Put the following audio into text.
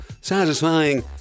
satisfying